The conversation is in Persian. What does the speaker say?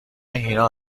هینا